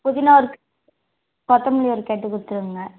புதினா கொத்தமல்லி ஒரு கட்டு கொடுத்துருங்க